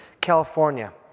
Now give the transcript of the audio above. California